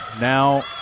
Now